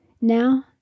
Now